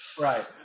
Right